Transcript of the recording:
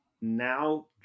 now